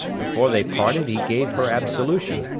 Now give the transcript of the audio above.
before they parted he gave her absolution,